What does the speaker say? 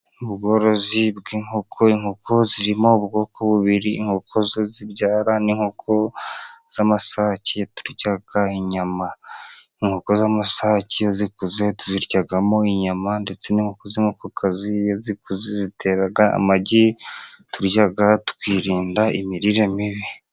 Ubworozi bw'inkoko. Inkoku zirimo ubwoko bubiri. Inkoko zibyara n'inkoko z'amasake. Turyamo inyama, inkoko z'amasake iyo zikuze tuziryamo inyama ndetse n'inkokokazi zitera amagi turya tukirinda imirire mibi.